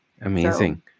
amazing